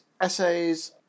essays